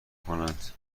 کنند